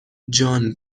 جان